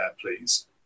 please